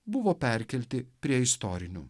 buvo perkelti prie istorinių